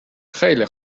خیله